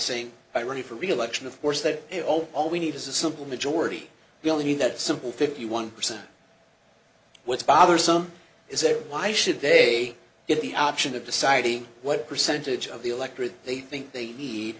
saying i'm ready for reelection of course that it all all we need is a simple majority really that simple fifty one percent what's bothersome is that why should they get the option of deciding what percentage of the electorate they think they need